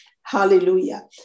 hallelujah